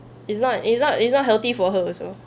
it's not it's not it's not healthy for her also